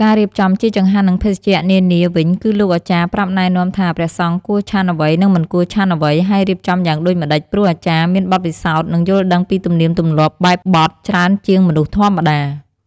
ការរៀបចំជាចង្ហាន់និងភេសជ្ជៈនានាវិញគឺលោកអាចារ្យប្រាប់ណែនាំថាព្រះសង្ឃគួរឆាន់អ្វីនិងមិនគួរឆាន់អ្វី ហើយរៀបចំយ៉ាងដូចម្តេច ព្រោះអាចារ្យមានបទពិសោធន៍ និងយល់ដឹងពីទម្លៀកទម្លាប់បែបបទច្រើនជាងមនុស្សធម្មតា។